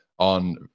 On